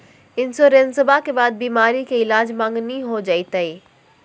इंसोरेंसबा के बाद बीमारी के ईलाज मांगनी हो जयते?